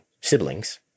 siblings